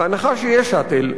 בהנחה שיש "שאטל",